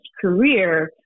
career